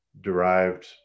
derived